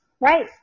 Right